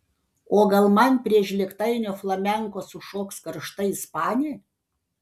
o gal man prie žlėgtainio flamenko sušoks karšta ispanė